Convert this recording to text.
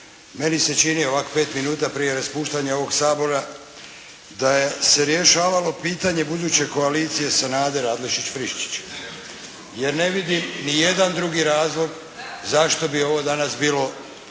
Meni se čini ovako pet minuta prije raspuštanja ovog Sabora, da se rješavalo pitanje buduće koalicije Sanadera, Adlešić, Friščić jer ne vidim ni jedan drugi razlog zašto bi ovo danas bilo